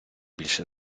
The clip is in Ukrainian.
більше